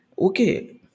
okay